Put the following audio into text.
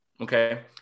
Okay